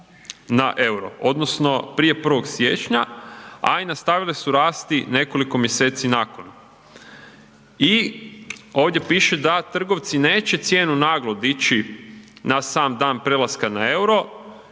na EUR-o odnosno prije 1. siječnja, a i nastavile su rasti nekoliko mjeseci nakon. I ovdje piše da trgovci neće naglo dići na sam dan prelaska na EUR-o